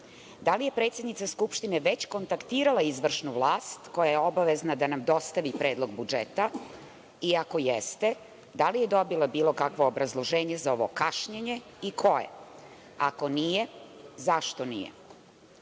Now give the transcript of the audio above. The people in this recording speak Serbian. Da li je predsednica Skupštine već kontaktirala izvršnu vlast koja je obavezna da nam dostavi predlog budžeta, i ako jeste da li je dobila bilo kakvo obrazloženje za ovo kašnjenje i koje? Ako nije, zašto nije? Zašto